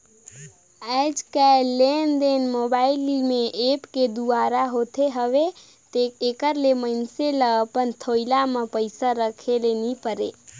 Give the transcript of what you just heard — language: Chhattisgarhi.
आएज काएललेनदेन मोबाईल में ऐप के दुवारा होत हवे एकर ले मइनसे ल अपन थोइला में पइसा राखे ले नी परे